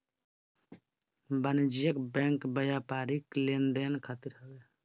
वाणिज्यिक बैंक व्यापारिक लेन देन खातिर हवे